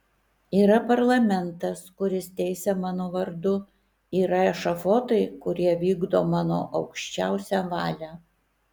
yra parlamentas kuris teisia mano vardu yra ešafotai kurie vykdo mano aukščiausią valią